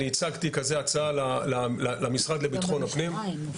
אני הצגתי כזאת הצעה למשרד לביטחון פנים.